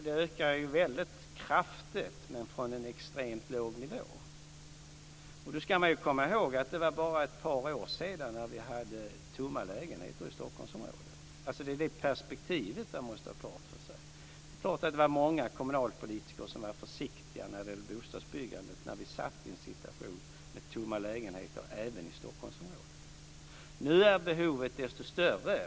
Det ökar väldigt kraftigt, men från en extremt låg nivå. Då ska man komma ihåg att det var bara ett par år sedan som vi hade tomma lägenheter i Stockholmsområdet. Det är det perspektivet som man måste ha klart för sig. Det är klart att det var många kommunalpolitiker som var försiktiga när det gällde bostadsbyggandet när vi befann oss i en situation med tomma lägenheter även i Stockholmsområdet. Nu är behovet desto större.